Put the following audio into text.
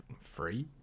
free